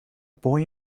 boy